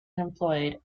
employed